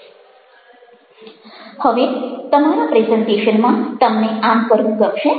હવે તમારા પ્રેઝન્ટેશનમાં તમને આમ કરવું ગમશે